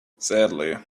sadly